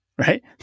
right